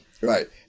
Right